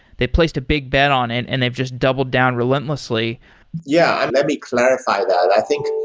they placed a big bet on it and they've just doubled down relentlessly yeah, let me clarify that. i think,